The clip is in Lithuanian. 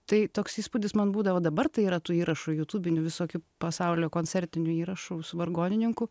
tai toks įspūdis man būdavo dabar tai yra tų įrašų ju tūbinių visokių pasaulio koncertinių įrašų vargonininkų